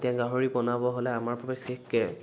এতিয়া গাহৰি বনাব হ'লে আমাৰ বিশেষকে